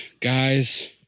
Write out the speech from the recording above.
guys